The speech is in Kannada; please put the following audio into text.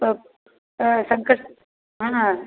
ಒಕ್ ಹಾಂ ಸಂಕಷ್ ಹಾಂ